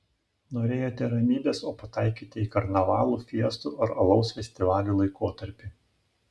norėjote ramybės o pataikėte į karnavalų fiestų ar alaus festivalių laikotarpį